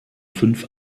fünf